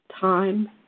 time